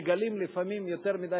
מגלים יותר מדי,